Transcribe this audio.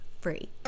free